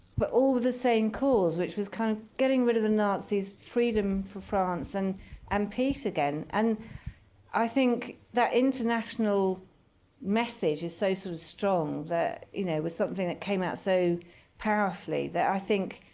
but all with the same cause, which was kind of getting rid of the nazis, freedom for france, and um peace again. and i think that international message is so so strong, that it you know was something that came out so powerfully, that i think,